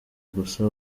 gusa